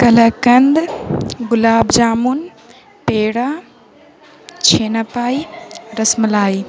کلاکند گلاب جامن پڑا چھیناپائی رس ملائی